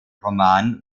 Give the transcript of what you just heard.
roman